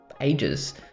ages